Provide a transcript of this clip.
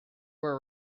were